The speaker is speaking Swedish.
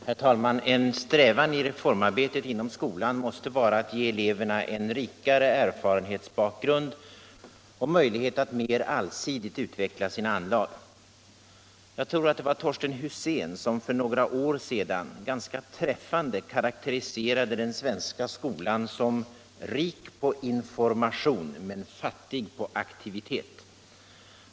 Herr talman! En strävan i reformarbetet inom skolan måste vara att ge eleverna en rikare erfarenhetsbakgrund och möjlighet att mer allsidigt utveckla sina anlag. Jag tror det var Torsten Husén som för några år sedan ganska träffande karakteriserade den svenska skolan som rik på information men fattig på aktivitet.